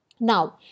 Now